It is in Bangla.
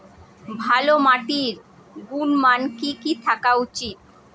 ভালো মাটির গুণমান কি কি থাকা উচিৎ?